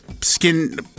Skin